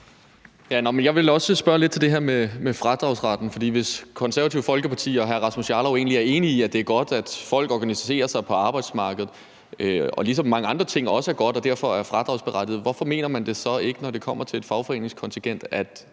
Jeg vil også spørge lidt til det her med fradragsretten. For hvis Det Konservative Folkeparti og hr. Rasmus Jarlov egentlig er enige i, at det er godt, at folk organiserer sig på arbejdsmarkedet – ligesom mange andre ting, der også er gode, er fradragsberettigede – hvorfor mener man så ikke, når det kommer til fagforeningskontingentet, at